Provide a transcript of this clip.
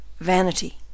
Vanity